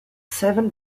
seven